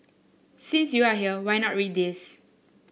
since you are here why not read this